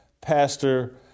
Pastor